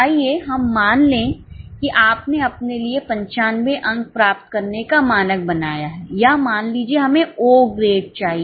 आइए हम मान लें कि आपने अपने लिए 95 अंक प्राप्त करने का मानक बनाया है या मान लीजिए हमें ओ ग्रेड चाहिए